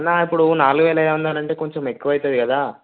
అన్న ఇప్పుడు నాలుగువేల అయిదు వందలు అంటే కొంచం ఎక్కువ అవుతుంది కదా